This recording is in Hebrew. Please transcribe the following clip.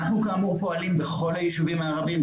אנחנו כאמור פועלים בכל היישובים הערבים,